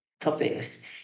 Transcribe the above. topics